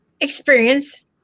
experience